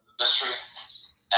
Mystery